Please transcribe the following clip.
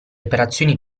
operazioni